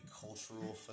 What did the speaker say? cultural